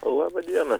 laba diena